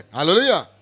Hallelujah